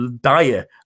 dire